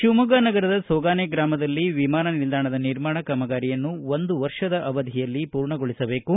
ಶಿವಮೊಗ್ಗ ನಗರದ ಸೋಗಾನೆ ಗ್ರಾಮದಲ್ಲಿ ವಿಮಾನ ನಿಲ್ದಾಣದ ನಿರ್ಮಾಣ ಕಾಮಗಾರಿಯನ್ನು ಒಂದು ವರ್ಷದ ಅವಧಿಯಲ್ಲಿ ಪೂರ್ಣಗೊಳಿಸಬೇಕು